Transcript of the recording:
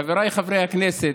חבריי חברי הכנסת,